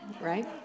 right